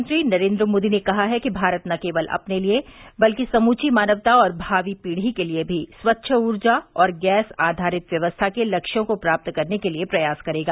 प्रधानमंत्री नरेन्द्र मोदी ने कहा है कि भारत न केवल अपने लिए बल्कि समूची मानवता और भावी पीढ़ी के लिए भी स्वच्छ ऊर्जा और गैस आधारित व्यवस्था के लक्ष्यों को प्राप्त करने के लिए प्रयास करेगा